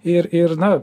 ir ir na